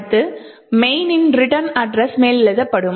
அடுத்து main னின் return address மேலெழுதப்படும்